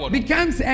becomes